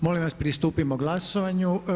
Molim vas pristupimo glasovanju.